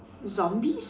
zombies